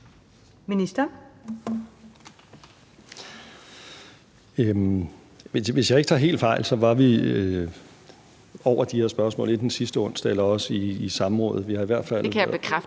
Hækkerup): Hvis jeg ikke tager helt fejl, var vi inde over de her spørgsmål enten sidste onsdag eller i samrådet. (Eva Kjer Hansen